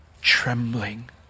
trembling